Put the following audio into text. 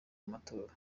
matora